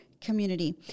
community